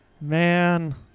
man